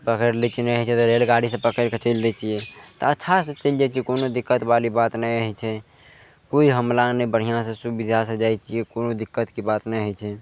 पकड़ि लै छियै नहि होइ छै तऽ रेल गाड़ीसँ पकड़ि चलि दै छियै अच्छासँ चलि जाइ छियै कोनो दिक्कतवाली बात नहि होइ छै कोइ हमला नहि बढ़िआँ सँ सुविधा से जाँइ छियै कोनो दिक्कतके बात नै होइछै